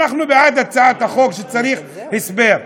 אנחנו בעד הצעת החוק, וצריך הסבר.